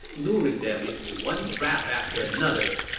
luring them into one trap after another.